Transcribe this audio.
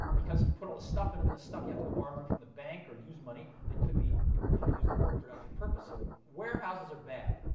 because you put all this stuff in them. and the stuff you have to go borrow money from the bank, or use money that could be you know used in a more productive purpose, so warehouses are bad.